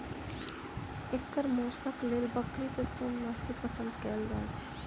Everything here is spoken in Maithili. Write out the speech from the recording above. एकर मौशक लेल बकरीक कोन नसल पसंद कैल जाइ छै?